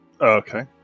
Okay